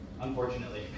unfortunately